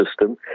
system